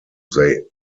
they